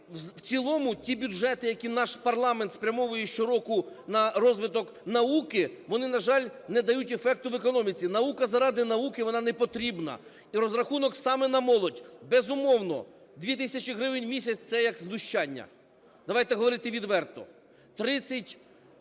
в цілому ті бюджети, які наш парламент спрямовує щороку на розвиток науки, вони, на жаль, не дають ефекту в економіці. Наука заради науки, вона непотрібна, і розрахунок саме на молодь. Безумовно, 2 тисячі гривень в місяць – це як знущання. Давайте говорити відверто.